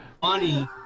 Funny